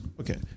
Okay